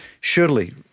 Surely